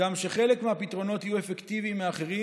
גם שחלק מהפתרונות יהיו אפקטיביים מאחרים.